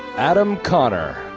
adam conner.